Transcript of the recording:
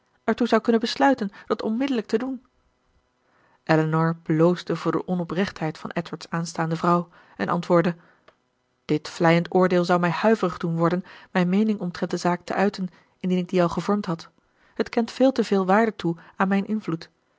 ertoe zou kunnen besluiten dat onmiddellijk te doen elinor bloosde voor de onoprechtheid van edward's aanstaande vrouw en antwoordde dit vleiend oordeel zou mij huiverig doen worden mijn meening omtrent de zaak te uiten indien ik die al gevormd had het kent veel te veel waarde toe aan mijn invloed